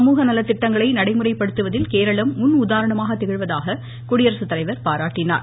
சமூக நல திட்டங்களை நடைமுறைப்படுத்துவதில் கேரளம் முன் உதாரணமாக திகழ்வதாக குடியரசுத் தலைவர் பாராட்டினார்